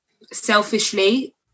selfishly